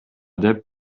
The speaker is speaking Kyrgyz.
деп